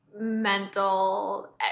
mental